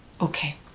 Okay